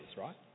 right